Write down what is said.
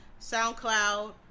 SoundCloud